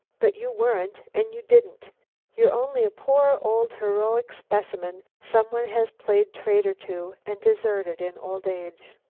but you weren't and you didn't you're only a poor, old, heroic specimen someone has played traitor to and deserted in old age.